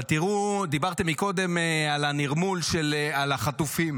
אבל תראו, דיברתם קודם על הנרמול של החטופים,